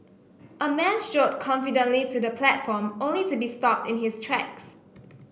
a man strode confidently to the platform only to be stopped in his tracks